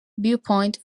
viewpoint